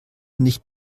nicht